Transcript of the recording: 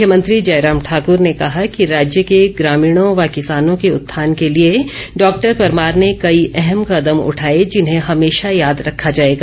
मुख्यमंत्री जयराम ठाकुर ने कहा कि राज्य के ग्रामीणों व किसानों के उत्थान के लिए डॉक्टर परमार ने कई अहम कदम उठाए जिन्हें हमेशा याद रखा जाएगा